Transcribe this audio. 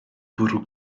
bwrw